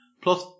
Plus